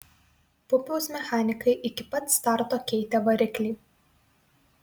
pupiaus mechanikai iki pat starto keitė variklį